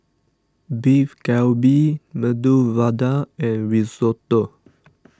Beef Galbi Medu Vada and Risotto